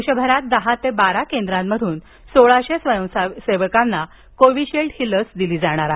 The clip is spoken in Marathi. देशभरात दहा ते बारा केंद्रांमधून सोळाशे स्वयंसेवकांना कोव्हिशिल्ड लस दिली जाणार आहे